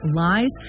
lies